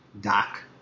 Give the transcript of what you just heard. Doc